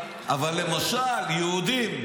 בג"ץ פוסל רק יהודים.